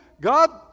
God